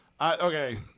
Okay